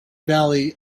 valley